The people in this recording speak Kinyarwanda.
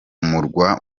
murwa